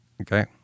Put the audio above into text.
Okay